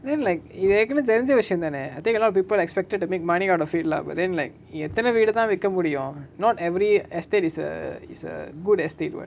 then like இது ஏற்கனவே தெரிஞ்ச விசயோ தானே:ithu yetkanave therinja visayo thane I think a lot of people expected to make money out of it lah but then like நீ எத்தன வீடுதா விக்க முடியு:nee ethana veedutha vikka mudiyu not every estate is a is a good estate what